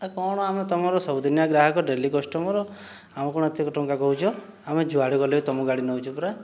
ଆ କଣ ଆମେ ତୁମର ସବୁଦିନିଆ ଗ୍ରାହକ ଡେଲି କଷ୍ଟମର ଆମକୁ କଣ ଏତିକି ଟଙ୍କା କହୁଛ ଆମେ ଯୁଆଡ଼େ ଗଲେ ତୁମ ଗାଡ଼ି ନେଉଛୁ ପରା